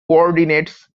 coordinates